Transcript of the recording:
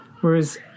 Whereas